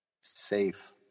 safe